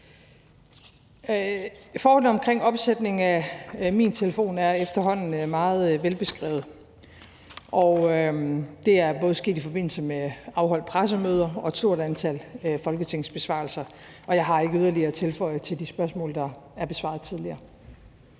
Forholdene omkring opsætning af min telefon er efterhånden meget velbeskrevet. Det er både sket i forbindelse med afholdte pressemøder og et stort antal besvarelser på folketingsspørgsmål, og jeg har ikke yderligere at tilføje til de spørgsmål, der er besvaret tidligere.